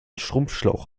schrumpfschlauch